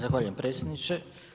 Zahvaljujem predsjedniče.